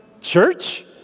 church